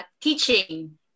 teaching